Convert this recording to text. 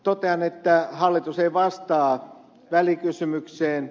totean että hallitus ei vastaa välikysymykseen